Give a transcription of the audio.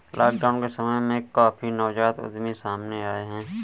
lockdown के समय में काफी नवजात उद्यमी सामने आए हैं